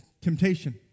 temptation